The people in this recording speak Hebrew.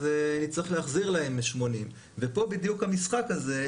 אז נצטרך להחזיר להם 80. פה בדיוק המשחק הזה.